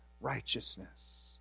righteousness